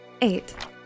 Eight